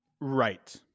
right